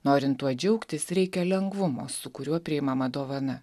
norint tuo džiaugtis reikia lengvumo su kuriuo priimama dovana